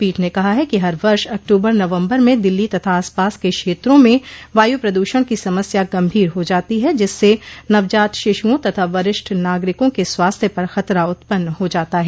पीठ ने कहा है कि हर वर्ष अक्तूबर नवम्बर में दिल्ली तथा आस पास के क्षेत्रों में वायु प्रदूषण की समस्या गंभीर हो जाती है जिससे नवजात शिश्रों तथा वरिष्ठ नागरिकों के स्वास्थ्य पर खतरा उत्पन्न हो जाता है